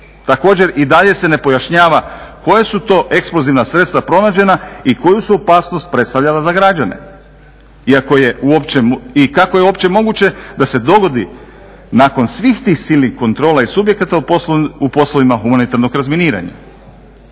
Također i dalje se ne pojašnjava koja su to eksplozivna sredstva pronađena i koju su opasnost predstavljala za građane. I kako je uopće moguće da se dogodi nakon svih tih silnih kontrola i subjekata u poslovima humanitarnog razminiranja?